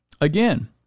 Again